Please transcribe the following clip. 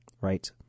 right